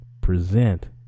present